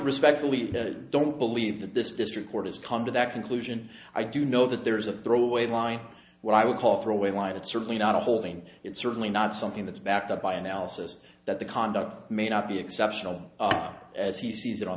respectfully that don't believe that this district court has come to that conclusion i do know that there is a throwaway line what i would call throw away line it's certainly not a holding it's certainly not something that's backed up by analysis that the conduct may not be exceptional or as he sees it on